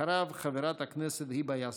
אחריו, חברת הכנסת היבה יזבק.